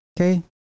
Okay